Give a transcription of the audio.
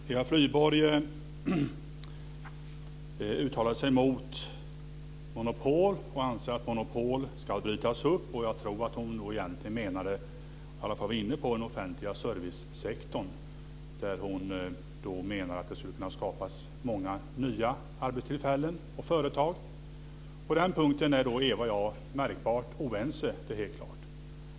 Herr talman! Eva Flyborg uttalar sig mot monopol och anser att monopol ska brytas upp. Hon var inne på den offentliga servicesektorn där hon menar att det skulle kunna skapas många nya arbetstillfällen och företag. På den punkten är Eva och jag märkbart oense; det är helt klart.